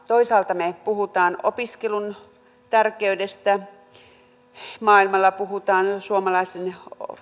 toisaalta me puhumme opiskelun tärkeydestä maailmalla puhutaan suomalaisen